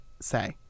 say